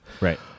Right